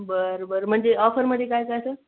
बरं बरं म्हणजे ऑफरमध्ये काय काय सं